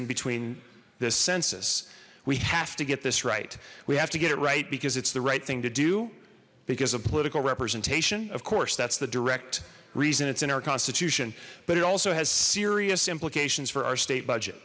in between this census we have to get this right we have to get it right because it's the right thing to do because of political representation of course that's the direct reason it's in our constitution but it also has serious implications for our state budget